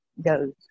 goes